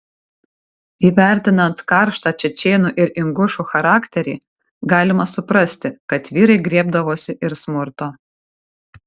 įvertinant karštą čečėnų ir ingušų charakterį galima suprasti kad vyrai griebdavosi ir smurto